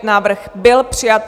Návrh byl přijat.